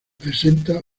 presenta